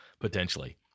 potentially